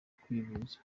kwivuza